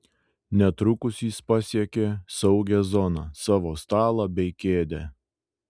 netrukus jis pasiekė saugią zoną savo stalą bei kėdę